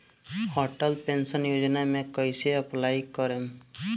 Atal pension Yojana मे कैसे apply करेम?